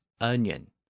onion